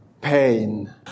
pain